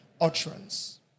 utterance